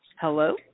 Hello